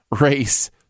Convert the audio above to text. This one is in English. race